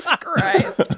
Christ